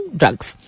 drugs